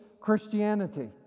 Christianity